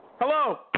Hello